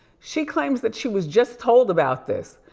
she claims that she was just told about this,